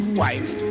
wife